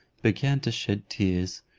began to shed tears,